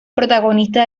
protagonista